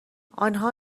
آنها